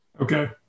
Okay